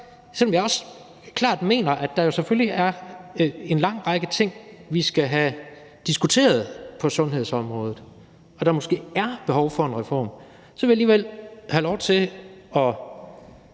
Selv om jeg også klart mener, at der selvfølgelig er en lang række ting, vi skal have diskuteret på sundhedsområdet, og at der måske er behov for en reform, vil jeg alligevel have lov til at